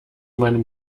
meinem